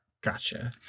gotcha